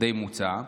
די מוצה,